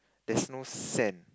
there's no sand